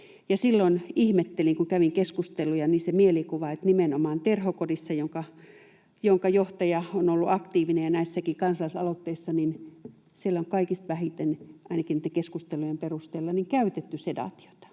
Silloin ihmettelin, kun kävin keskusteluja, sitä mielikuvaa, että nimenomaan Terhokodissa, jonka johtaja on ollut aktiivinen näissäkin kansalaisaloitteissa, on kaikista vähiten ainakin niiden keskustelujen perusteella käytetty sedaatiota.